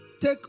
take